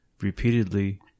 repeatedly